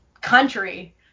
country